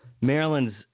Maryland's